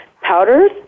Powders